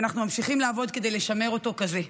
ואנחנו ממשיכים לעבוד כדי לשמור אותו כזה.